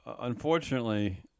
Unfortunately